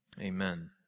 Amen